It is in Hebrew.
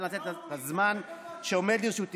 אני רוצה לנצל את הזמן שעומד לרשותי,